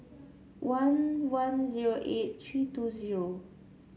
one one zero eight three two zero